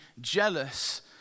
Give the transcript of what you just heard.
jealous